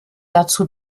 dazu